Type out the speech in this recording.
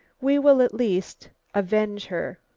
we will at least avenge her.